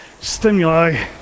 stimuli